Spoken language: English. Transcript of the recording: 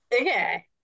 Okay